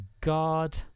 God